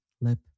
Lip